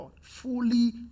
Fully